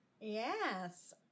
Yes